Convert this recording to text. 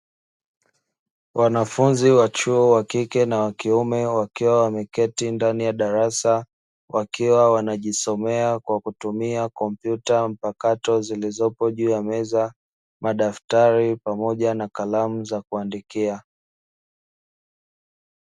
Wanafunzi wa chuo (wa kike na wa kiume) wakiwa wameketi ndani ya darasa, wakiwa wanajisomea kwa kutumia kompyuta mpakato zilizopo juu ya meza, madaftali pamoja na kalamu za kuandikia.